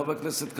חבר הכנסת קריב,